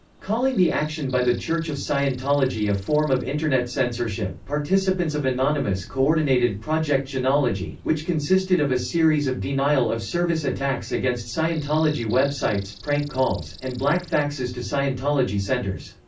calling the action by the church of scientology a form of internet censorship, participants of anonymous coordinated project chanology, which consisted of a series of denial-of-service attacks against scientology websites, websites, prank calls, and black faxes to scientology centers.